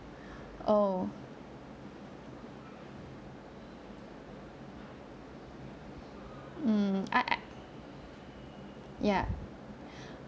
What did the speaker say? oo mm I I ya